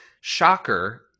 shocker